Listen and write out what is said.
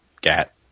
Gat